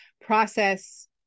process